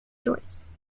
joyce